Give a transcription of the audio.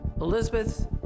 Elizabeth